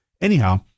Anyhow